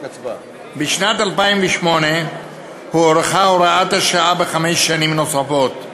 בשנת 2008 הוארכה הוראת השעה בחמש שנים נוספות,